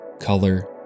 color